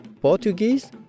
Portuguese